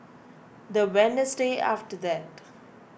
the Wednesday after that